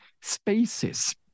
spaces